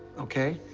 okay?